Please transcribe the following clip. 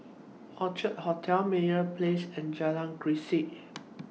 Orchard Hotel Meyer Place and Jalan Grisek